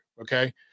Okay